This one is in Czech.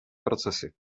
procesy